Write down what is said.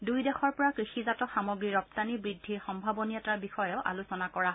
দুয়ো দেশৰ পৰা কৃষিজাত সামগ্ৰী ৰপ্তানী বৃদ্ধিৰ সম্ভাৱনীয়তাৰ বিষয়েও আলোচনা কৰা হয়